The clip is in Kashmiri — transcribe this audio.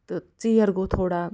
تہٕ ژیر گوٚو تھوڑا